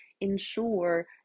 ensure